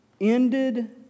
ended